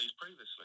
previously